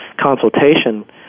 consultation